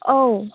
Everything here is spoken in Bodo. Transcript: औ